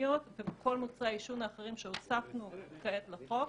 אלקטרוניות וכל מוצרי העישון האחרים שהוספנו כיום לחוק,